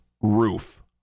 roof